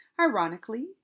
Ironically